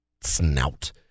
Snout